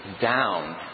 down